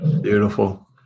Beautiful